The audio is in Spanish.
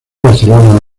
barcelona